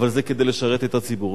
אבל זה כדי לשרת את הציבור.